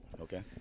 Okay